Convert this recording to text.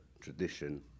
tradition